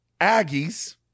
Aggies